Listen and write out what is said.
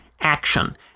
action